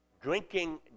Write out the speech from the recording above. Drinking